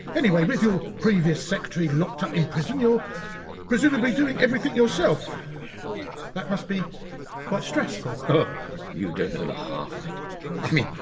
anyway, with your previous secretary locked up in prison, you're presumably doing everything yourself that must be quite stressful? oh you don't know the half of it i mean,